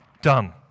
Done